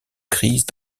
crise